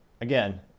again